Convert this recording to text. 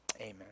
Amen